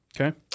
Okay